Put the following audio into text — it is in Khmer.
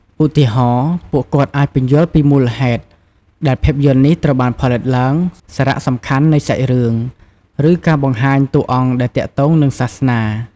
ឧទាហរណ៍ ពួកគាត់អាចពន្យល់ពីមូលហេតុដែលភាពយន្តនេះត្រូវបានផលិតឡើង សារៈសំខាន់នៃសាច់រឿង ឬការបង្ហាញតួអង្គដែលទាក់ទងនឹងសាសនា។